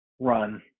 run